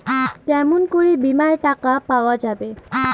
কেমন করি বীমার টাকা পাওয়া যাবে?